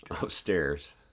upstairs